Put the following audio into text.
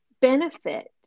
benefit